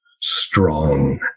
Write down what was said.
strong